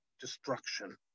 destruction